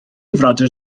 frodyr